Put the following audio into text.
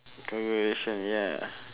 congratulation ya